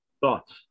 Thoughts